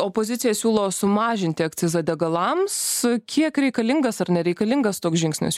opozicija siūlo sumažinti akcizą degalams kiek reikalingas ar nereikalingas toks žingsnis